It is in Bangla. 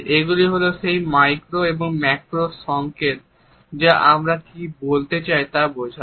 এগুলি সেই মাইক্রো এবং ম্যাক্রো সংকেত যা আমরা কী বলতে চাই তা বোঝায়